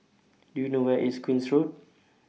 Do YOU know Where IS Queen's Road